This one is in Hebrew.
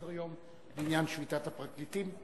יש הצעה לסדר-יום בעניין שביתת הפרקליטים?